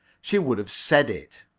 she would have said it.